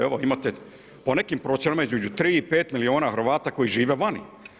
Evo, imate po nekim procjenama između 3 i 5 milijuna Hrvata koji žive vani.